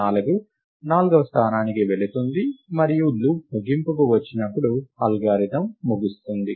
4 నాల్గవ స్థానానికి వెళుతుంది మరియు లూప్ ముగింపుకు వచ్చినప్పుడు అల్గోరిథం ముగుస్తుంది